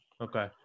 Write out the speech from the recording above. Okay